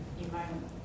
environment